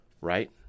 right